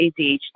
ADHD